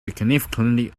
significantly